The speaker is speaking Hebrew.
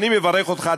אני מברך אותך.